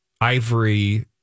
ivory